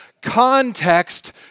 context